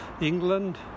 England